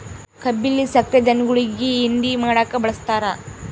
ಕಬ್ಬಿಲ್ಲಿ ಸಕ್ರೆ ಧನುಗುಳಿಗಿ ಹಿಂಡಿ ಮಾಡಕ ಬಳಸ್ತಾರ